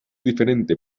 diferente